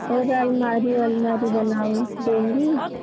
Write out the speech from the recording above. और आलमारी वालमारी बनाऊँ देंगी